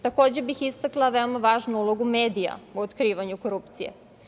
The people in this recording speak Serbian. Takođe bih istakla veoma važnu ulogu medija u otkrivanju korupcije.